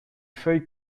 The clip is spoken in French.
feuilles